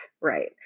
right